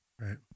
Right